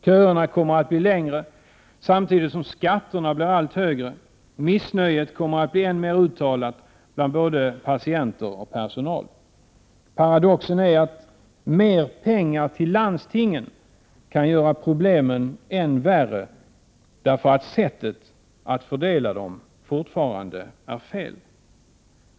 Köerna kommar att bli längre, samtidigt som skatterna blir allt högre. Missnöjet kommer att bli än mer uttalat bland både patienter och personal. Paradoxen är att mer pengar till landstingen kan göra problemen värre, därför att sättet att fördela dem fortfarande är fel.